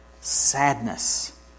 sadness